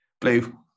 blue